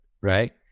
right